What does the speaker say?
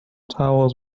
towels